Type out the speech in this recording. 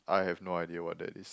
I have no idea what that is